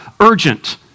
urgent